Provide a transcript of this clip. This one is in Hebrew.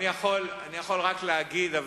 אני יכול רק להגיד,